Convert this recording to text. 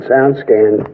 SoundScan